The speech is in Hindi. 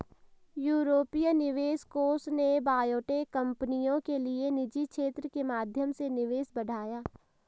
यूरोपीय निवेश कोष ने बायोटेक कंपनियों के लिए निजी क्षेत्र के माध्यम से निवेश बढ़ाया